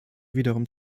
wiederum